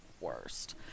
worst